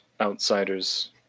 outsiders